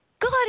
God